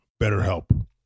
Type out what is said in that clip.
BetterHelp